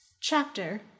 Chapter